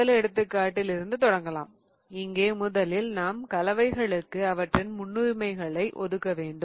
முதல் எடுத்துக்காட்டில் இருந்து தொடங்கலாம் இங்கே முதலில் நாம் கலவைகளுக்கு அவற்றின் முன்னுரிமைகளை ஒதுக்க வேண்டும்